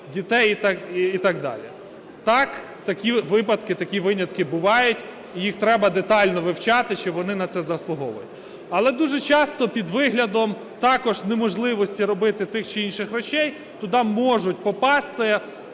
дітей і так далі? Так, такі випадки, такі винятки бувають, і їх треба детально вивчати, що вони на це заслуговують. Але дуже часто під виглядом також неможливості робити тих чи інших речей, туди можуть попасти